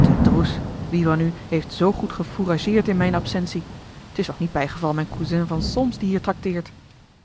te droes wie van u heeft z goed gefourageerd in mijne absentie t is toch niet bij geval mijn cousin van solms die hier tracteert